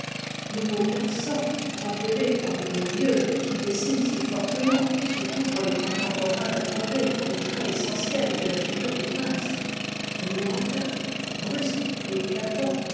le mot perçant rappelé par le mot yeux qui dessine si fortement surtout pour les contemporains de condé le trait essentiel de la figure du prince le mot attaque brusque et éclatant